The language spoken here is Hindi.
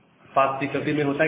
फास्ट रिकवरी में होता क्या है